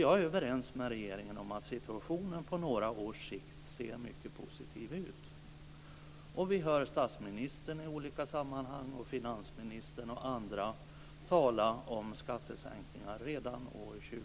Jag är överens med regeringen om att situationen på några års sikt ser mycket positiv ut. Vi hör statsministern, finansministern och andra i olika sammanhang tala om skattesänkningar redan år 2000.